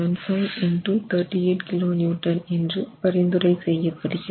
75 x 38 kN என்று பரிந்துரை செய்ய படுகிறது